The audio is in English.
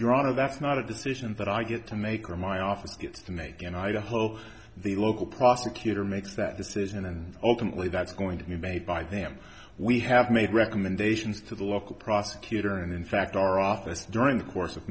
your honor that's not a decision that i get to make or my office gets to make and i hope the local prosecutor makes that decision and ultimately that's going to be made by them we have made recommendations to the local prosecutor and in fact our office during the course of